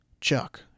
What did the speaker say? Chuck